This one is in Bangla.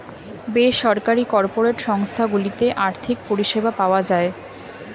বেসরকারি কর্পোরেট সংস্থা গুলোতে আর্থিক পরিষেবা পাওয়া যায়